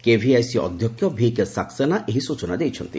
KVIC ଅଧ୍ୟକ୍ଷ ଭିକେ ସାକ୍ସେନା ଏହି ସ୍ବଚନା ଦେଇଛନ୍ତି